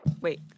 Wait